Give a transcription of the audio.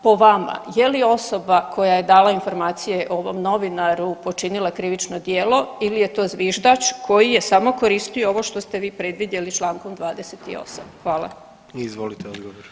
Po vama, je li osoba koja je dala informacije ovom novinaru počinila krivično djelo ili je to zviždač koji je samo koristio ovo što ste vi predvidjeli člankom 28.